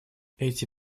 эти